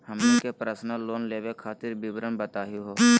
हमनी के personal loan लेवे खातीर विवरण बताही हो?